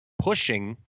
pushing